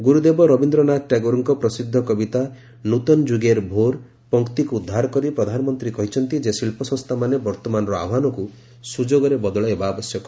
ଗୁରୁଦେବ ରବିନ୍ଦ୍ରନାଥ ଟାଗୋରଙ୍କ ପ୍ରସିଦ୍ଧ କବିତା 'ନୃତନ ଯୁଗେର୍ ଭୋର୍' ପଂକ୍ତିକୁ ଉଦ୍ଧାର କରି ପ୍ରଧାନମନ୍ତ୍ରୀ କହିଛନ୍ତି ଯେ ଶିଳ୍ପସଂସ୍ଥାମାନେ ବର୍ତ୍ତମାନର ଆହ୍ୱାନକୁ ସ୍ୱଯୋଗରେ ବଦଳାଇବା ଆବଶ୍ୟକ